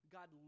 God